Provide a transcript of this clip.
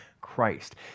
Christ